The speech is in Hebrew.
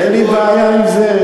אין לי בעיה עם זה.